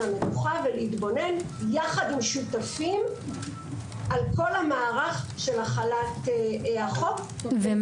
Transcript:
המבוכה ולהתבונן יחד עם שותפים על כל המערך של החלת החוק ולבדוק